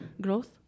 growth